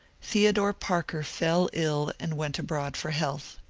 theodore parker fell ill and went abroad for health.